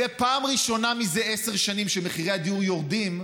ופעם ראשונה מזה עשר שנים מחירי הדיור יורדים,